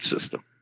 system